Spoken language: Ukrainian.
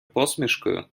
посмішкою